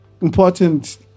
important